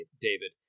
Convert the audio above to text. David